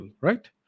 right